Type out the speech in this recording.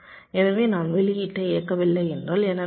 எனவே நான் வெளியீட்டை இயக்கவில்லை என்றால் என்ன நடக்கும்